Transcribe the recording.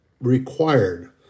required